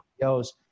CEOs